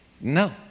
No